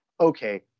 okay